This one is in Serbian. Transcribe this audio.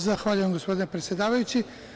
Zahvaljujem, gospodine predsedavajući.